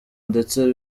ndetse